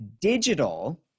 digital